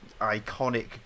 iconic